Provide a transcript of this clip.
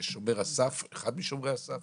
שומר הסף או לפחות אחד משומרי הסף